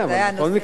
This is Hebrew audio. אבל בכל מקרה,